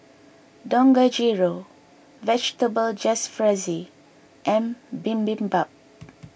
Dangojiru Vegetable Jalfrezi and Bibimbap